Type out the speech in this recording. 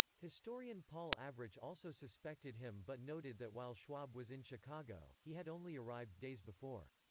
historian paul avrich also suspected him but noted that while schwab was in chicago, he had only arrived days before.